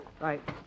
Right